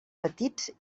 petits